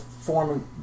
form